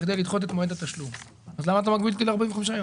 בכדי לדחות את מועד התשלום אז למה מגבילים אותי ל-45 ימים?